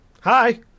Hi